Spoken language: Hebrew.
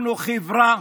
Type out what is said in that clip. אנחנו חברה,